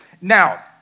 Now